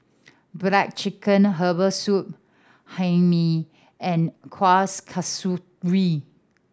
black chicken herbal soup Hae Mee and Kuih Kasturi